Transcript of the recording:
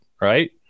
right